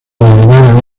dado